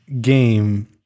game